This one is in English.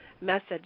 message